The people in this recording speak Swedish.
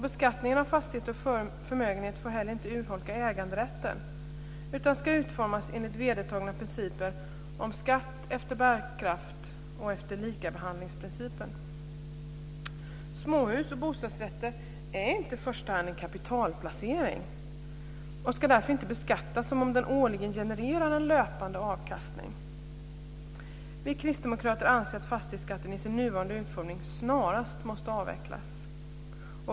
Beskattningen av fastighet och förmögenhet får inte heller urholka äganderätten utan ska utformas enligt vedertagna principer om skatt efter bärkraft och efter likabehandlingsprincipen. Småhus och bostadsrätter är inte i första hand en kapitalplacering och ska därför inte beskattas som om de årligen genererar en löpande avkastning. Vi kristdemokrater anser att fastighetsskatten i sin nuvarande utformning snarast måste avvecklas.